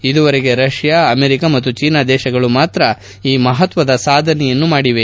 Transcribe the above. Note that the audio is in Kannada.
ಇದುವರೆಗೆ ರಷ್ಯಾ ಅಮೆರಿಕ ಮತ್ತು ಚೀನಾ ದೇಶಗಳು ಮಾತ್ರ ಈ ಮಹತ್ವದ ಸಾಧನೆಯನ್ನು ಮಾಡಿವೆ